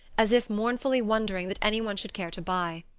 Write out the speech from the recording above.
as if mournfully wondering that any one should care to buy.